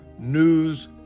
news